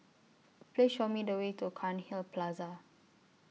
Please Show Me The Way to Cairnhill Plaza